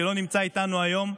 שלא נמצא איתנו היום,